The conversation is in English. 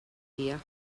here